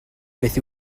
beth